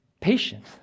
patience